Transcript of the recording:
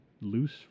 loose